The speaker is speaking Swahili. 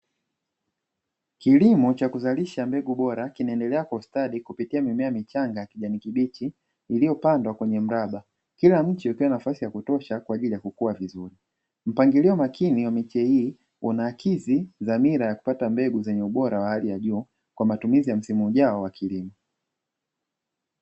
Kilimo cha kuzalisha mbegu bora kinaendelea kwa ustadi kupitia mimea michanga ya kijani kibichi iliyopandwa kwenye mraba; kila mche ukiwa na nafasi ya kutosha kwa ajili ya kukua vizuri. Mpangilio makini wa miche hii unaakisi dhamira ya kupata mbegu zenye ubora wa hali ya juu, kwa matumizi ya msimu ujao wa kilimo.